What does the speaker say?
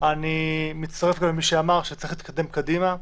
אני מצטרף למי שאמר שצריך להתקדם קדימה.